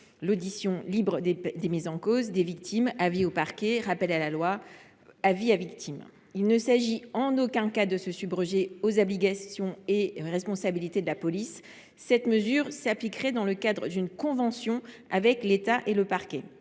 : audition libre des mis en cause, des victimes, avis au parquet, rappel à la loi, avis à victime. Il ne s’agit en aucun cas de se subroger aux obligations et responsabilités de la police. Cette mesure s’appliquerait dans le cadre d’une convention avec l’État et le parquet.